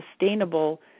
sustainable